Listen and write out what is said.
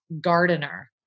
gardener